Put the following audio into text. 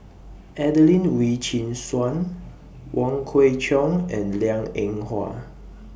Adelene Wee Chin Suan Wong Kwei Cheong and Liang Eng Hwa